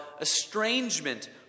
estrangement